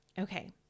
Okay